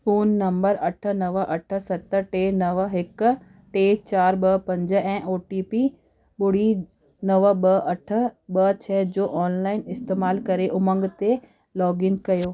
phone number अठ नव अठ सत टे नव हिकु टे चारि ॿ पंज ऐं ओ टी पी ॿुड़ी नव ॿ अठ ॿ छह जो ऑनलाइन इस्तेमालु करे उमंग ते लोगइन कयो